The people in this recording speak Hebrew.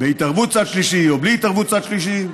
בהתערבות צד שלישי או בלי התערבות צד שלישי,